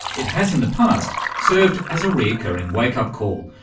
it has in the past served as a recurring wake-up call,